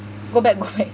go back go back